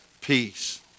Peace